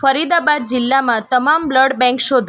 ફરીદાબાદ જિલ્લામાં તમામ blood bank શોધો